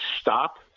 stop